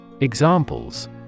Examples